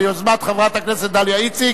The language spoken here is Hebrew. ביוזמת חברת הכנסת דליה איציק,